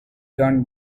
done